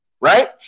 right